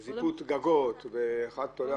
יש שילוט על עצים, על עמודי